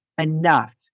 enough